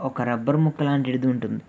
ఒక రబ్బర్ ముక్క లాంటిది ఉంటుంది